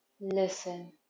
Listen